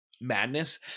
madness